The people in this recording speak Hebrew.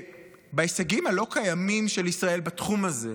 בהישגים הלא-קיימים של ישראל בתחום הזה,